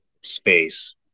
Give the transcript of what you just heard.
space